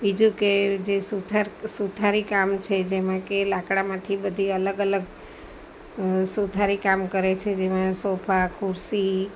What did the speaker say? બીજું કે જે સુથાર સુથારી કામ છે તેમાં કે લાકડામાંથી બધી અલગ અલગ સુથારી કામ કરે છે જેમાં સોફા ખુરશી